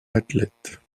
athlètes